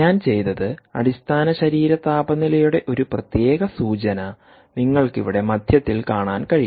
ഞാൻ ചെയ്തത് അടിസ്ഥാന ശരീര താപനിലയുടെ ഒരു പ്രത്യേക സൂചനനിങ്ങൾക്ക് ഇവിടെ മധ്യത്തിൽ കാണാൻ കഴിയും